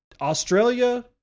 Australia